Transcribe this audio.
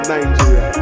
Nigeria